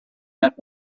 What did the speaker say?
met